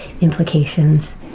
implications